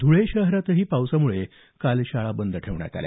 धुळे शहरात पावसामुळे कालही शाळा बंद ठेवण्यात आल्या